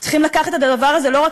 אנחנו צריכים לקחת את הדבר הזה לא רק